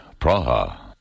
Praha